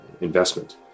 investment